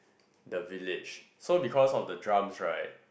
the village so because of the drums right